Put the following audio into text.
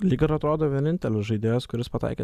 lyg ir atrodo vienintelis žaidėjas kuris pataikė